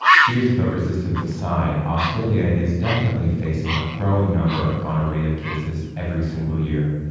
fears about resistance aside, australia is definitely facing a growing number of gonorrhoea cases every single year.